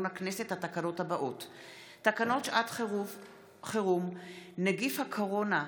הכנסת: תקנות שעת חירום (נגיף הקורונה החדש)